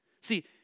See